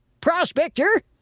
prospector